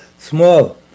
Small